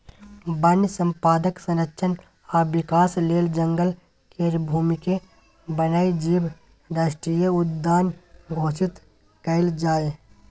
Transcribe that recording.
वन संपदाक संरक्षण आ विकास लेल जंगल केर भूमिकेँ वन्य जीव राष्ट्रीय उद्यान घोषित कएल जाए